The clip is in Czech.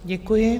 Děkuji.